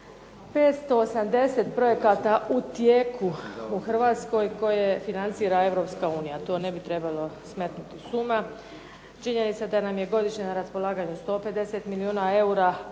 580 projekata u tijeku u Hrvatskoj koje financira Europska unija. To ne bi trebalo smetnuti s uma. Činjenica je da nam je godišnje na raspolaganju 150 milijuna eura,